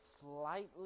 slightly